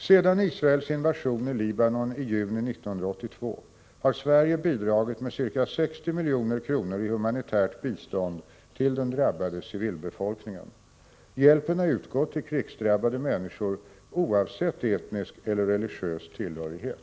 Sedan Israels invasion i Libanon i juni 1982 har Sverige bidragit med ca 60 milj.kr. i humanitärt bistånd till den drabbade civilbefolkningen. Hjälpen har utgått till krigsdrabbade människor oavsett etnisk eller religiös tillhörighet.